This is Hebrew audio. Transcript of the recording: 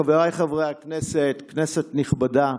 חבריי חברי הכנסת, כנסת נכבדה,